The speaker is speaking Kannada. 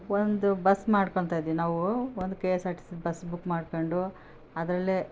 ಒಂದು ಬಸ್ ಮಾಡ್ಕೊಳ್ತ ಇದ್ವಿ ನಾವು ಒಂದು K S R T C bus book ಮಾಡ್ಕೊಂಡು ಅದರಲ್ಲೇ